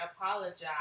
apologize